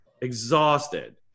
exhausted